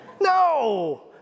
No